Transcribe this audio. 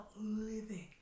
living